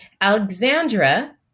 Alexandra